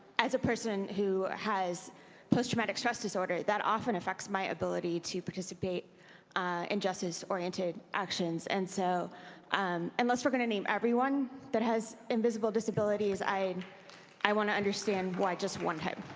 as a person who has posttraumatic stress disorder, that often affects my ability to participate in justice oriented actions, and so unless we're going to name everyone that has invisible disabilities, i i want to understand why just one kind of